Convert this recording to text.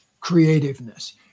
creativeness